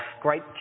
great